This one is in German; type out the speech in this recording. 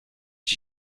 die